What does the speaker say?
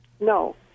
No